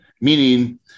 meaning